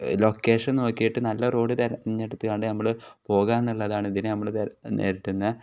location നോക്കിയിട്ട് നല്ല road തിരഞ്ഞെടുത്ത് കൊണ്ട് നമ്മൾ പോകുക എന്നുള്ളതാണ് ഇതിന് നമ്മൾ നേരിടുന്ന